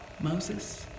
Moses